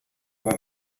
what